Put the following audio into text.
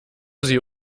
sie